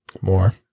More